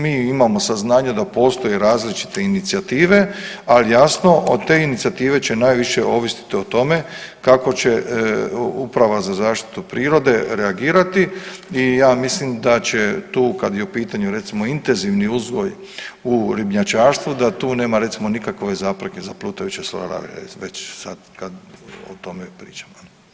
Mi imamo saznanja da postoje različite inicijative, al jasno od te inicijative će najviše ovisit o tome kako će uprava za zaštitu prirode reagirati i ja mislim da će tu kad je u pitanju recimo intenzivni uzgoj u ribnjačarstvu da tu nema recimo nikakve zapreke za plutajuće solare već sad kad o tome pričamo.